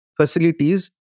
facilities